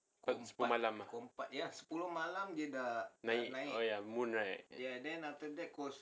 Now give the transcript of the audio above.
sepuluh malam nine oh ya moon right